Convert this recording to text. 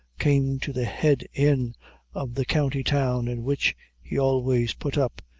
came to the head inn of the county town in which he always put up,